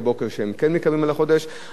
אנשים שעזבו מקומות עבודה,